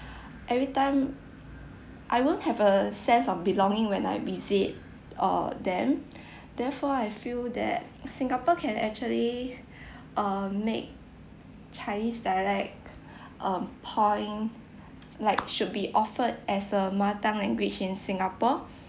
every time I won't have a sense of belonging when I visit uh them therefore I feel that singapore can actually uh make chinese dialect um point like should be offered as a mother tongue language in singapore